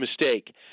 mistake